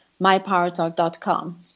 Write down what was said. mypowertalk.com